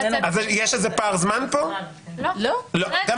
יש איזה פער זמן פה?